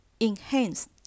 enhance